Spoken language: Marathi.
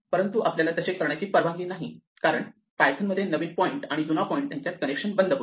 परंतु आपल्याला तसे करण्याची परवानगी नाही कारण पायथन मध्ये नवीन पॉईंट आणि जुना पॉईंट यांच्यात कनेक्शन बंद होईल